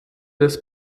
des